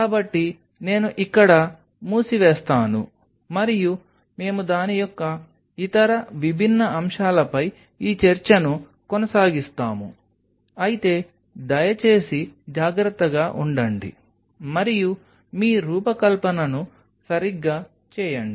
కాబట్టి నేను ఇక్కడ మూసివేస్తాను మరియు మేము దాని యొక్క ఇతర విభిన్న అంశాలపై ఈ చర్చను కొనసాగిస్తాము అయితే దయచేసి జాగ్రత్తగా ఉండండి మరియు మీ రూపకల్పనను సరిగ్గా చేయండి